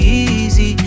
easy